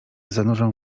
zanurzam